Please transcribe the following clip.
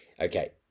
Okay